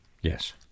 Yes